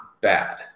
bad